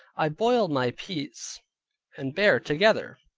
i boiled my peas and bear together,